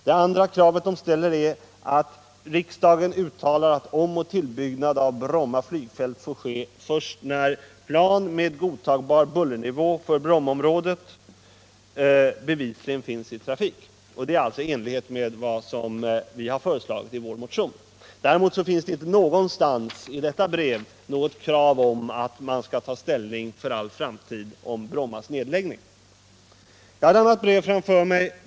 Det andra kravet föreningen ställer är att ”riksdagen uttalar att omoch tillbyggnad av Bromma flygfält får ske först när plan med godtagbar bullernivå för Brommaområdet ——-— bevisligen finns i trafik.” Detta är således i enlighet med vad vi har föreslagit i vår motion. I detta brev finns det inte någonstans något krav på att man skall 171 ta ställning för all framtid i fråga om Brommas nedläggning. Jag har också ett annat brev framför mig.